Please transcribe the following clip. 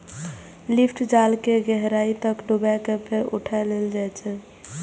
lift जाल कें गहराइ तक डुबा कें फेर उठा लेल जाइ छै